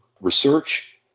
research